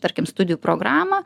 tarkim studijų programą